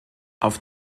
auf